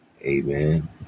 Amen